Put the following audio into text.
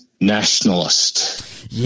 nationalist